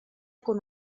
con